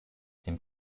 dem